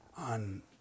on